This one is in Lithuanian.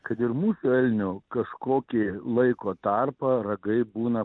kad ir mūsų elnių kažkokį laiko tarpą ragai būna